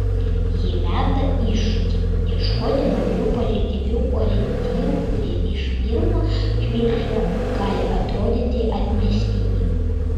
ji meta iššūkį ieškoti naujų pozityvių orientyrų kurie iš pirmo žvilgsnio gali atrodyti atmestini